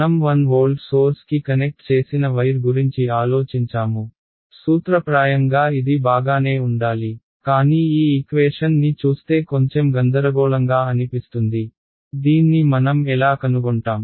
మనం 1 వోల్ట్ సోర్స్కి కనెక్ట్ చేసిన వైర్ గురించి ఆలోచించాము సూత్రప్రాయంగా ఇది బాగానే ఉండాలి కానీ ఈ ఈక్వేషన్ ని చూస్తే కొంచెం గందరగోళంగా అనిపిస్తుంది దీన్ని మనం ఎలా కనుగొంటాం